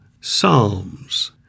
psalms